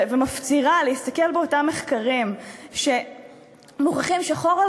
ומפצירה בנו להסתכל באותם מחקרים שמוכיחים שחור על